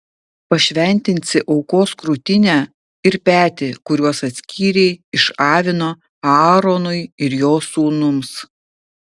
pašventinsi aukos krūtinę ir petį kuriuos atskyrei iš avino aaronui ir jo sūnums